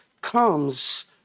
comes